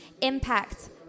impact